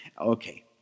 Okay